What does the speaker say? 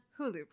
Hulu